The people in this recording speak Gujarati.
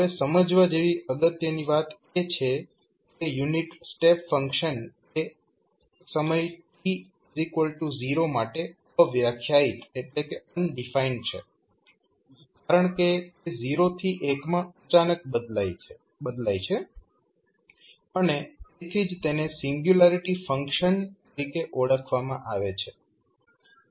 હવે સમજવા જેવી અગત્યની વાત એ છે કે યુનિટ સ્ટેપ ફંક્શન એ સમયે t 0 માટે અવ્યાખ્યાયિત છે કારણકે તે 0 થી 1 માં અચાનક બદલાય છે અને તેથી જ તેને સિંગ્યુલારિટી ફંક્શન તરીકે ઓળખવામાં આવે છે